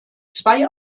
zwei